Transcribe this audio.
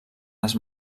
les